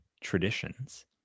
traditions